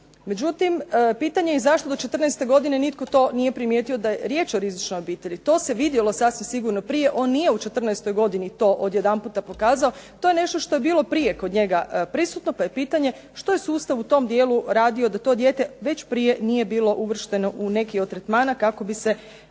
Međutim, pitanje je zašto do 14. godine nitko to nije primjetio da je riječ o rizičnoj obitelji. To se vidjelo sasvim sigurno prije, on nije u 14. godini to odjedanputa pokazao. To je nešto što je bilo prije kod njega prisutno pa je pitanje što je sustav u tom dijelu radio da to dijete već prije nije bio uvršteno u neki od tretmana kako bi mu